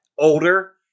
Older